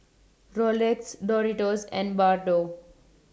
Rolex Doritos and Bardot